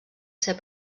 ser